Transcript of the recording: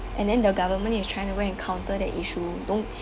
and then the government is trying to go and counter the issue